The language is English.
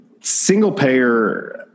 single-payer